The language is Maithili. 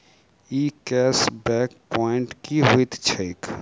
ई कैश बैक प्वांइट की होइत छैक?